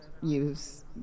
use